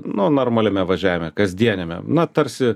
nu normaliame važiavime kasdieniame na tarsi